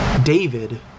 David